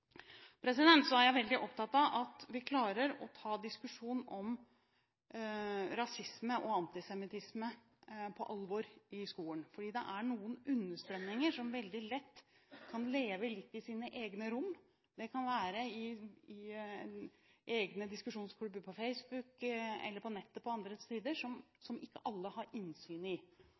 Så er jeg veldig opptatt av at vi klarer å ta diskusjonen om rasisme og antisemittisme på alvor i skolen. Det er noen understrømninger som veldig lett kan leve litt i sine egne rom. Det kan være i egne diskusjonsklubber på Facebook eller på andre nettsider, som ikke alle har innsyn i.